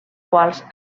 quals